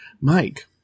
Mike